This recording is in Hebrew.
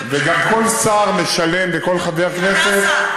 וגם כל שר משלם וכל חבר כנסת,